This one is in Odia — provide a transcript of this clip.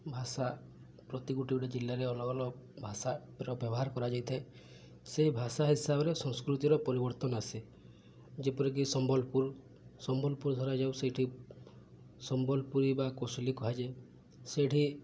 ଭାଷା ପ୍ରତି ଗୋଟେ ଗୋଟେ ଜିଲ୍ଲାରେ ଅଲଗା ଅଲଗା ଭାଷାର ବ୍ୟବହାର କରାଯାଇଥାଏ ସେଇ ଭାଷା ହିସାବରେ ସଂସ୍କୃତିର ପରିବର୍ତ୍ତନ ଆସେ ଯେପରିକି ସମ୍ବଲପୁର ସମ୍ବଲପୁର ଧରାଯାଉ ସେଇଠି ସମ୍ବଲପୁରୀ ବା କୋଶଲି କୁହାଯାଏ ସେଇଠି